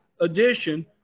edition